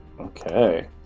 Okay